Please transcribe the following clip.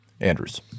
Andrews